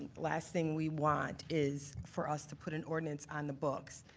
last thing we want is for us to put an ordinance on the books,